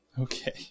Okay